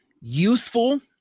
youthful